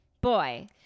boy